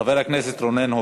חבר הכנסת רונן הופמן.